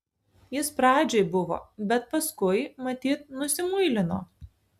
jis pradžioj buvo bet paskui matyt nusimuilino